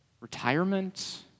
Retirement